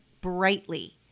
brightly